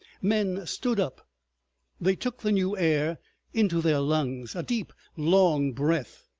men stood up they took the new air into their lungs a deep long breath,